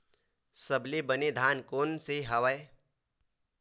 सबले बने धान कोन से हवय?